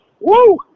Woo